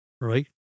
right